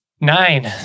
Nine